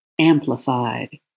amplified